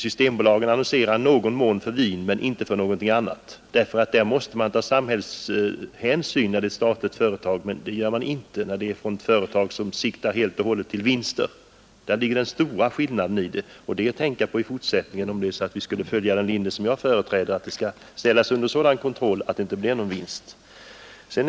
Systembolaget annonserar i någon mån för vin men inte för något annat. Ett statligt företag måste nämligen ta samhälleliga hänsyn, men det gör man inte i ett företag som bara är inriktat på att göra vinster. Där ligger den stora skillnaden. Det skall man tänka på i fortsättningen, om vi kommer att följa den linje som jag företräder, nämligen att verksamheten skall ställas under sådan kontroll att det inte blir något privat vinstintresse.